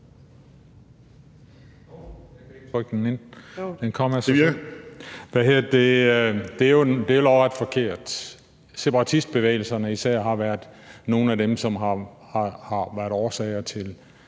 Det er jo lodret forkert. Separatistbevægelserne har især været nogle af dem, som har været årsag til